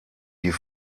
die